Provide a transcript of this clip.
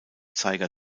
zeiger